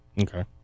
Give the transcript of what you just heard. Okay